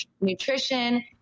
nutrition